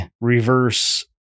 reverse